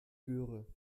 göre